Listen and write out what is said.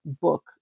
book